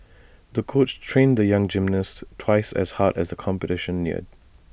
the coach trained the young gymnast twice as hard as the competition neared